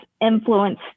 influence